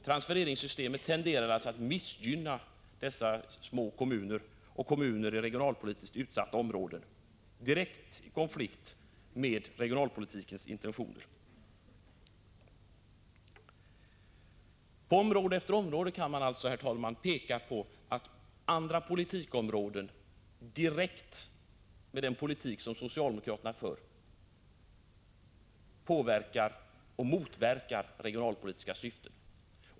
Transfereringssystemet tenderar alltså att missgynna små kommuner och kommuner i regionalpolitiskt utsatta områden, i direkt konflikt med regionalpolitikens intentioner. På område efter område kan man således, herr talman, peka på att andra politikområden, med den politik som socialdemokraterna för, direkt påverkar och motverkar regionalpolitiska syften.